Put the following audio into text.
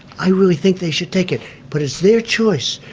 i really think they should take it. but it's their choice.